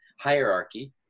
hierarchy